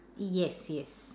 yes yes